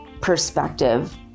perspective